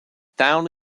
town